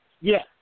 Yes